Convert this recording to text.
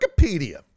Wikipedia